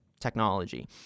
technology